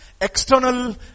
External